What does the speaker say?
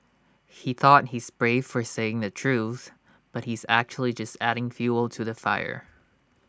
he thought he's brave for saying the truth but he's actually just adding fuel to the fire